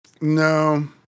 No